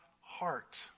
heart